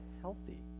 healthy